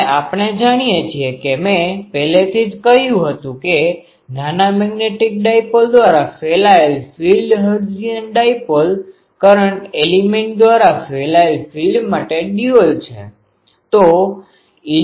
અને આપણે જાણીએ છીએ કે મેં પહેલેથી જ કહ્યું હતું કે નાના મેગ્નેટિક ડાઈપોલ દ્વારા ફેલાયેલ field Hertzian dipole current element દ્વારા ફેલાયેલ ફિલ્ડ માટે ડુઅલ છે